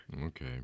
Okay